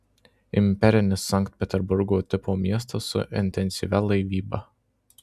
imperinis sankt peterburgo tipo miestas su intensyvia laivyba